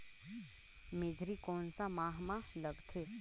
मेझरी कोन सा माह मां लगथे